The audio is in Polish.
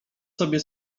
sobie